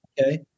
Okay